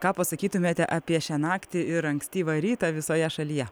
ką pasakytumėte apie šią naktį ir ankstyvą rytą visoje šalyje